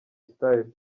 style